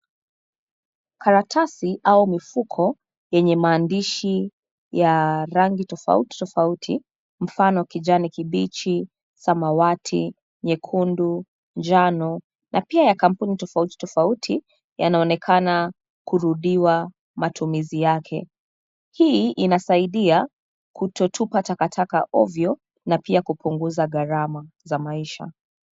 Karatasi au mifuko yenye maandishi ya rangi tofauti, tofauti; mfano kijani kibichi, samawati, nyekundu njano na pia ya kampuni tofauti, tofauti yanaonekana kurudiwa matumizi yake. Hii inasaidia kutotupa takataka ovyo, na pia kupunguza gharama za maisha.